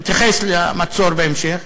נתייחס למצור בהמשך,